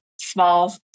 small